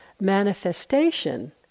manifestation